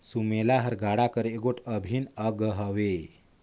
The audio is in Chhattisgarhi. सुमेला हर गाड़ा कर एगोट अभिन अग हवे